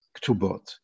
Ktubot